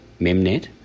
Memnet